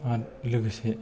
आरो लोगोसे